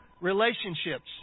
relationships